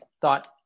thought